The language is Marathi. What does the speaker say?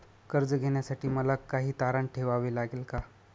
कर्ज घेण्यासाठी मला काही तारण ठेवावे लागेल का?